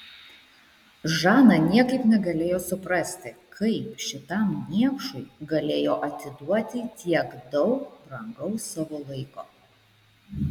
žana niekaip negalėjo suprasti kaip šitam niekšui galėjo atiduoti tiek daug brangaus savo laiko